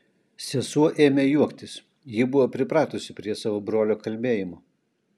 sesuo ėmė juoktis ji buvo pripratusi prie savo brolio kalbėjimo